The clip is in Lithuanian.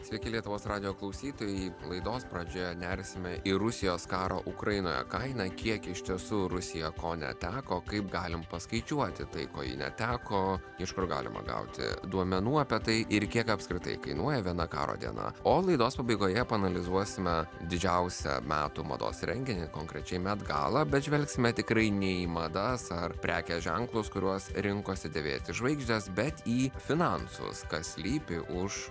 sveiki lietuvos radijo klausytojai laidos pradžioje nersime į rusijos karo ukrainoje kainą kiek iš tiesų rusija ko neteko kaip galim paskaičiuoti tai ko ji neteko iš kur galima gauti duomenų apie tai ir kiek apskritai kainuoja viena karo diena o laidos pabaigoje paanalizuosime didžiausią metų mados renginį konkrečiai met gala bet žvelgsime tikrai ne į madas ar prekės ženklus kuriuos rinkosi dėvėti žvaigždės bet į finansus kas slypi už